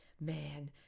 man